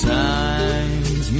times